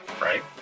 right